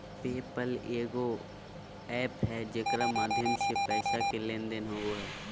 पे पल एगो एप्प है जेकर माध्यम से पैसा के लेन देन होवो हय